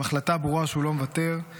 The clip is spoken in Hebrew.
עם החלטה ברורה שהוא לא מוותר,